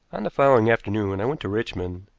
on the following afternoon i went to richmond,